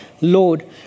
Lord